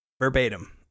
verbatim